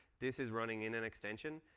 this is running in an extension.